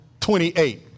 28